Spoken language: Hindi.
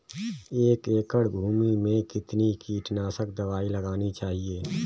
एक एकड़ भूमि में कितनी कीटनाशक दबाई लगानी चाहिए?